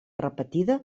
repetida